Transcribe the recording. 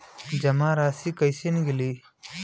जमा राशि कइसे निकली?